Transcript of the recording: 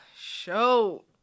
show